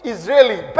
Israeli